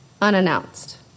unannounced